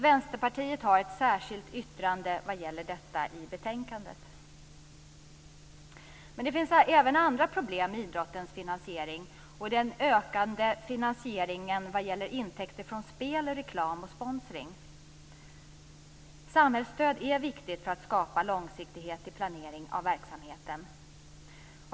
Vänsterpartiet har ett särskilt yttrande vad gäller detta i betänkandet. Men det finns även andra problem med idrottens finansiering. Det är den ökande finansieringen med intäkter från spel, reklam och sponsring. Samhällsstöd är viktigt för att skapa långsiktighet i planering av verksamheten.